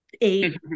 eight